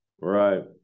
Right